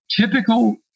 typical